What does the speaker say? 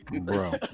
bro